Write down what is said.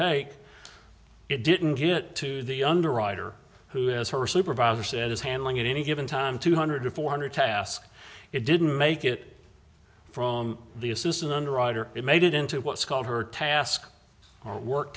ake it didn't get to the underwriter who has her supervisor says handling at any given time two hundred to four hundred task it didn't make it from the assistant underwriter it made it into what's called her task wor